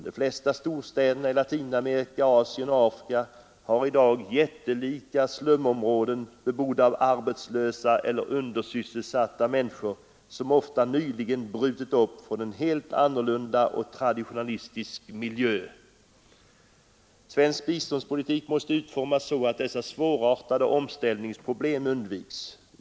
De flesta storstäder i Latinamerika, Asien och Afrika har i dag jättelika slumområden, bebodda av arbetslösa eller undersysselsatta människor som ofta nyligen brutit upp från en helt annan och traditionalistisk miljö. Svensk biståndspolitik måste utformas så att dessa svårartade omställningsproblem undviks.